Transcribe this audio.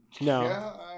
No